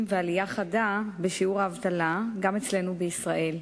ולעלייה חדה בשיעור האבטלה גם אצלנו בישראל,